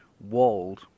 walled